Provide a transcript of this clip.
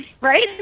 Right